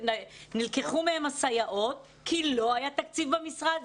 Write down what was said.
שנלקחו מהם הסייעות כי לא היה תקציב במשרד.